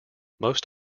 most